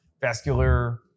vascular